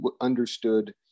understood